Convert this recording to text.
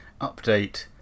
update